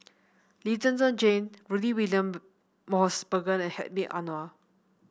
Lee Zhen Zhen Jane Rudy William Mosbergen and Hedwig Anuar